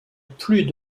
plus